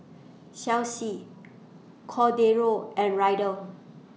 Chelsi Cordero and Ryder